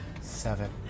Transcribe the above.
seven